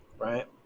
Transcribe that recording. right